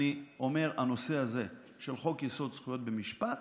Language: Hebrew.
אני אומר שהנושא הזה של חוק-יסוד: זכויות במשפט